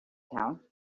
town